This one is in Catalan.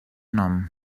nom